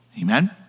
Amen